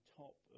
top